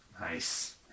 Nice